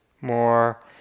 more